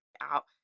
out